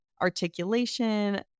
articulation